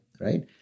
right